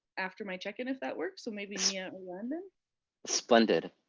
after my check-in if that works. so maybe mia or and splendid.